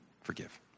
forgive